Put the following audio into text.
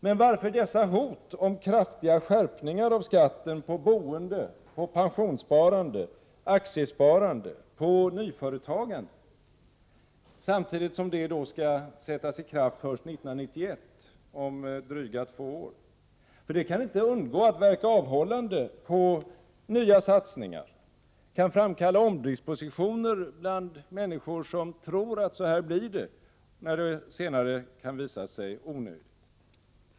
Men varför dessa hot om kraftiga skärpningar av skatten på boende, pensionssparande, aktiesparande och nyföretagande när detta skall sättas i kraft först år 1991, dvs. om drygt två år? Det kan inte undgå att verka avhållande på nya satsningar. Och det kan framkalla omdispositioner bland människor som tror att det blir på detta sätt, när det senare kan visa sig att dessa omdispositioner varit onödiga.